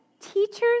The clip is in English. teachers